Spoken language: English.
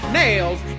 nails